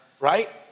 Right